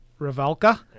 Ravalka